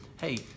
hey